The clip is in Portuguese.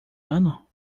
ano